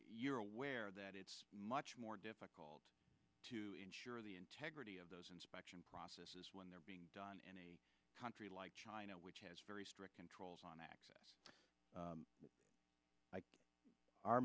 you're aware that it's much more difficult to ensure the integrity of those inspection process is when they're being done in a country like china which has very strict controls on access